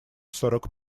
сорок